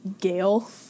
Gail